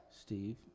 Steve